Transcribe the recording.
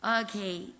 Okay